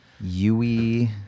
Yui